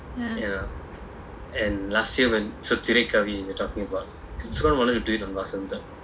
ya